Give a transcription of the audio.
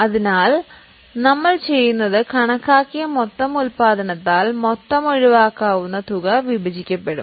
ഇവിടെ ഡിപ്രീഷ്യബിൾ തുകയെ മൊത്തം ഉല്പാദനവുമായി ഹരിക്കും